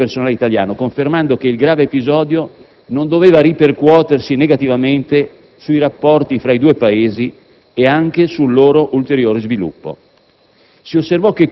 in luogo sicuro il personale italiano, confermando che il grave episodio non doveva ripercuotersi negativamente sui rapporti fra i due Paesi e anche sul loro ulteriore sviluppo.